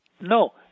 No